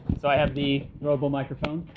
so i have the mobile microphone,